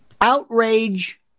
outrage